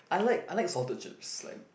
I like I like salted chips like